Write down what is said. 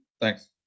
Thanks